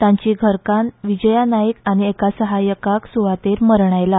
तांची घरकान्न विजया नाईक आनी एका सहाय्यकाक सुवातेर मरण आयला